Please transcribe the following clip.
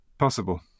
Possible